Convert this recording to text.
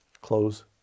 Close